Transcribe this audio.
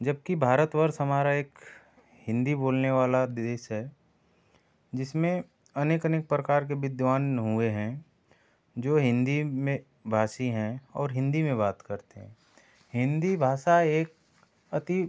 जबकि भारतवर्ष हमारा एक हिन्दी बोलने वाला देश है जिसमें अनेक अनेक प्रकार के विद्वान हुए हैं जो हिन्दी में भाषी हैं और हिन्दी में बात करते हैं हिन्दी भाषा एक अति